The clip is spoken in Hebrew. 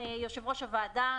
יושב-ראש הוועדה,